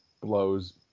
blows